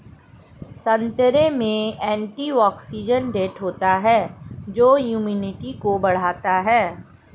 संतरे में एंटीऑक्सीडेंट होता है जो इम्यूनिटी को बढ़ाता है